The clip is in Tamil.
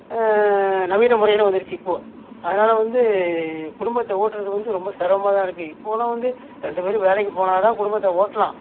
நவீன முறையில் வந்துருச்சு இப்போ அதனால் வந்து குடும்பத்தை ஓட்டுறது வந்து ரொம்ப சிரமமா தான் இருக்கு இப்போ எல்லாம் வந்து ரெண்டு பேரும் வேலைக்கு போனால் தான் குடும்பத்தை ஓட்டலாம்